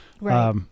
Right